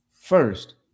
First